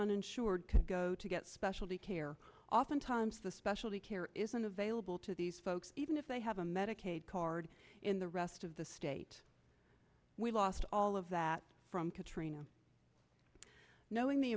uninsured can go to get specialty care oftentimes the specialty care isn't available to these folks even if they have a medicaid card in the rest of the state we lost all of that from katrina knowing the